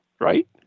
Right